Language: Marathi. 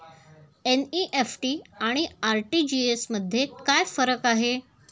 एन.इ.एफ.टी आणि आर.टी.जी.एस मध्ये काय फरक आहे?